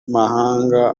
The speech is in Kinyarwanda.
mahanga